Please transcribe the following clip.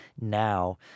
now